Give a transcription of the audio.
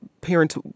parents